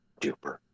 duper